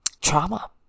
trauma